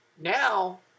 now